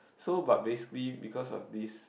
so but basically because of this